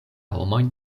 homojn